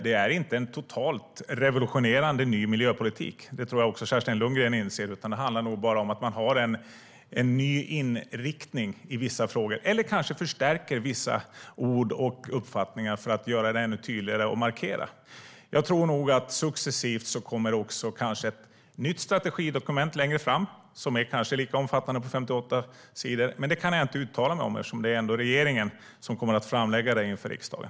Det är inte en totalt revolutionerande ny miljöpolitik, vilket jag tror att även Kerstin Lundgren inser, utan det handlar nog bara om att man har en ny inriktning i vissa frågor - eller kanske förstärker vissa ord och uppfattningar för att göra det ännu tydligare och markera. Jag tror nog att det successivt kanske kommer ett nytt strategidokument längre fram som är lika omfattande, 58 sidor, men det kan jag inte uttala mig om eftersom det ändå är regeringen som kommer att framlägga det inför riksdagen.